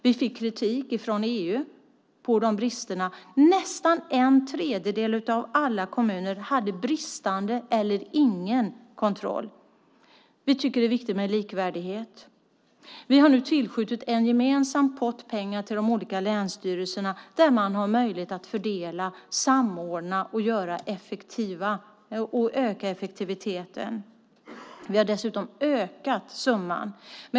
Vi fick kritik från EU för de bristerna. Nästan en tredjedel av alla kommuner hade bristande eller ingen kontroll. Vi tycker att det är viktigt med likvärdighet. Vi har nu tillskjutit en gemensam pott pengar till de olika länsstyrelserna där man har möjlighet att fördela, samordna och öka effektiviteten. Vi har dessutom ökat summan.